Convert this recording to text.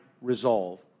resolve